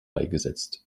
beigesetzt